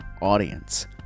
audience